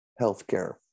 healthcare